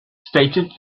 stated